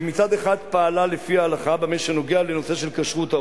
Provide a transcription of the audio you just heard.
"שמצד אחד פעלה לפי ההלכה במה שנוגע לנושא של כשרות האוכל,